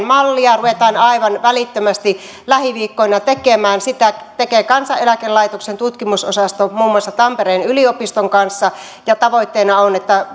mallia ruvetaan aivan välittömästi lähiviikkoina tekemään sitä tekee kansaneläkelaitoksen tutkimusosasto muun muassa tampereen yliopiston kanssa ja tavoitteena on että